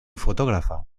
fotógrafa